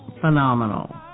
phenomenal